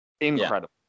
incredible